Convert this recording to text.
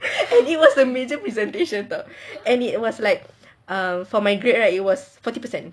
and it was the major presentation and it was like err for my grade it was forty percent